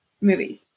movies